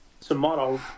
tomorrow